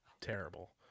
terrible